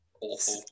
awful